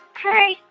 hi.